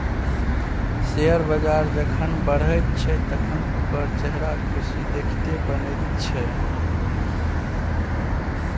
share बजार जखन बढ़ैत छै तखन ओकर चेहराक खुशी देखिते बनैत छै